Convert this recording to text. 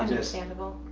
understandable.